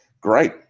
great